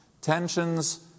Tensions